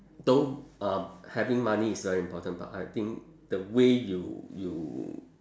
though um having money is very important but I think the way you you